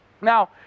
Now